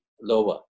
lower